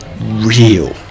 real